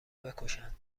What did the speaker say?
بکشند